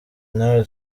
nawe